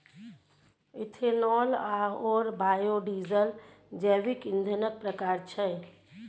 ethanol आओर biodiesel जैविक ईंधनक प्रकार छै